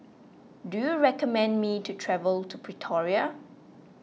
do you recommend me to travel to Pretoria